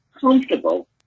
comfortable